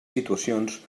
situacions